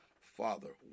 father